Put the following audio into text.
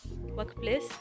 workplace